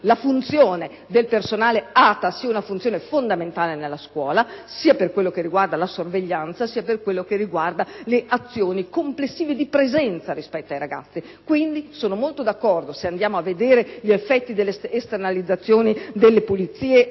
la funzione del personale ATA è fondamentale nella scuola, sia per quanto riguarda la sorveglianza sia per quanto riguarda le azioni complessive di presenza rispetto ai ragazzi. Quindi, io sono molto d'accordo se andiamo a vedere gli effetti delle esternalizzazioni delle pulizie e